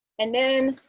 and then